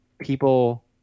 people